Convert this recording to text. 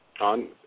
on